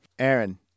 Aaron